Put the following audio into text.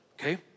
Okay